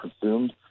consumed